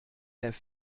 ein